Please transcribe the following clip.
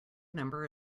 number